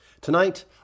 Tonight